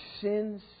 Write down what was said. sins